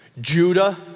Judah